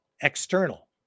External